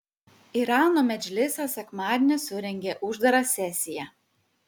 irano medžlisas sekmadienį surengė uždarą sesiją